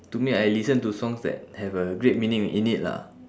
to me I listen to songs that have a great meaning in it lah